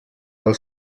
del